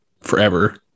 forever